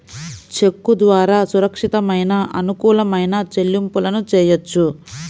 చెక్కు ద్వారా సురక్షితమైన, అనుకూలమైన చెల్లింపులను చెయ్యొచ్చు